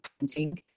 painting